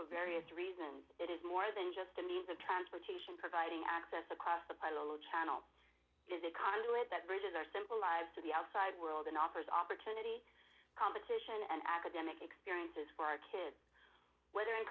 for various reasons it is more than just a means of transportation providing access across a little channel is a conduit that bridges our simple lives to the outside world and offers opportunity competition and academic experiences for our kids whether in